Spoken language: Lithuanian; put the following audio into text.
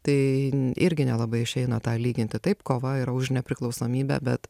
tai irgi nelabai išeina tą lyginti taip kova yra už nepriklausomybę bet